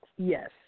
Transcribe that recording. Yes